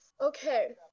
okay